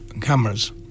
cameras